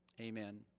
Amen